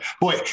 boy